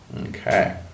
Okay